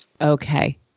Okay